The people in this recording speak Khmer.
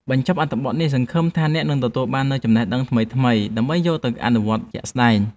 បញ្ចប់អត្ថបទនេះសង្ឃឹមថាអ្នកនឹងទទួលបាននូវចំណេះដឹងថ្មីៗដើម្បីយកទៅអនុវត្តជាក់ស្ដែង។